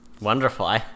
Wonderful